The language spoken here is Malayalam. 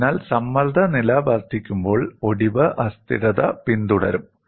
അതിനാൽ സമ്മർദ്ദ നില വർദ്ധിക്കുമ്പോൾ ഒടിവ് അസ്ഥിരത പിന്തുടരും